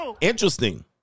Interesting